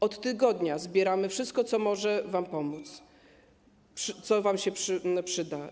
Od tygodnia zbieramy wszystko, co może wam pomóc, co wam się przyda.